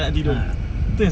ah